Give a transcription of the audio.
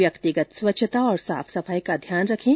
व्यक्तिगत स्वच्छता और साफ सफाई का ध्यान रखें